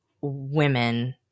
women